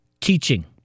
Teaching